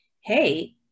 hey